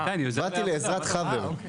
באתי לעזרת חבר.